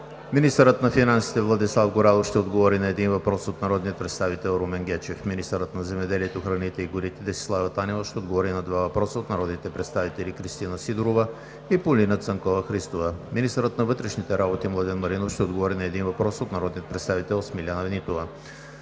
Министърът на финансите Владислав Горанов ще отговори на един въпрос от народния представител Румен Гечев. 2. Министърът на земеделието, храните и горите Десислава Танева ще отговори на два въпроса от народните представители Кристина Сидорова и Полина Цанкова-Христова. 3. Министърът на вътрешните работи Младен Маринов ще отговори на един въпрос от народния представител Смиляна Нитова.